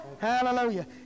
Hallelujah